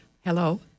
Hello